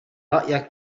رأيك